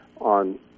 on